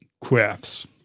crafts